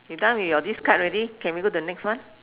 you done with your this card already can we go to the next one